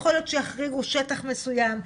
יכול להיות שיחכירו שטח מסוים,